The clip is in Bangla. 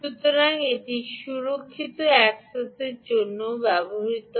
সুতরাং এটি সুরক্ষিত অ্যাক্সেসের জন্যও ব্যবহৃত হয়